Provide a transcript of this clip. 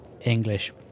English